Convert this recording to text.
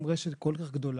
האם רשת כל כך גדולה,